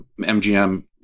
MGM